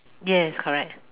yes correct